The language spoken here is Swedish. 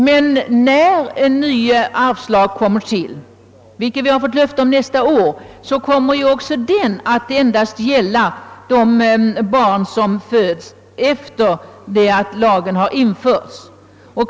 Men när en ny arvslag föreslås — vilket vi har fått löfte om till nästa år — kommer den också att gälla endast de barn som föds efter det att lagen har införts.